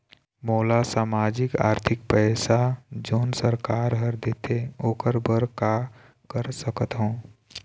मोला सामाजिक आरथिक पैसा जोन सरकार हर देथे ओकर बर का कर सकत हो?